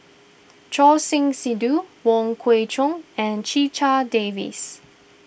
Choor Singh Sidhu Wong Kwei Cheong and Checha Davies